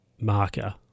marker